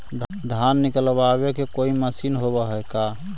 धान निकालबे के कोई मशीन होब है का?